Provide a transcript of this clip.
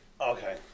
Okay